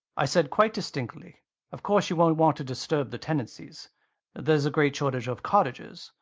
i said quite distinctly of course you won't want to disturb the tenancies there's a great shortage of cottages.